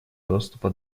доступа